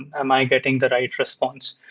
am i getting the right response?